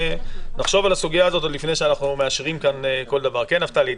נחשוב על הסוגיה הזאת עוד לפני שאנחנו מאשרים כאן כל דבר.